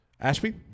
Ashby